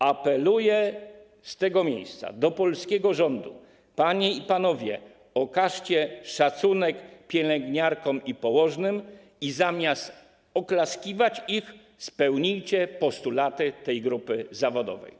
Apeluję z tego miejsca do polskiego rządu, panie i panowie: okażcie szacunek pielęgniarkom i położnym i zamiast oklaskiwać ich, spełnijcie postulaty tej grupy zawodowej.